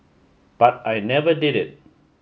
but I never did it